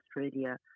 Australia